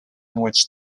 which